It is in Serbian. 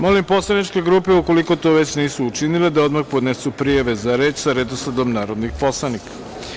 Molim poslaničke grupe, ukoliko to već nisu učinile, da odmah podnesu prijave za reč sa redosledom narodnih poslanika.